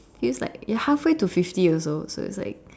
feels like halfway to fifty years old so it's like